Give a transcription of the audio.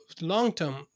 long-term